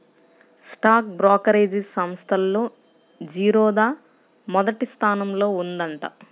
stock brokerage సంస్థల్లో జిరోదా మొదటి స్థానంలో ఉందంట